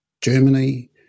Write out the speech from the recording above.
Germany